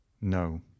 No